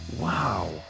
Wow